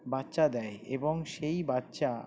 বাচ্চা দেয় এবং সেই বাচ্চা